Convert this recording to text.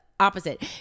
Opposite